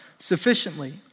sufficiently